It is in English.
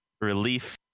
relief